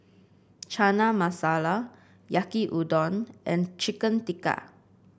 Chana Masala Yaki Udon and Chicken Tikka